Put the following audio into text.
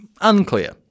unclear